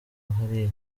hariya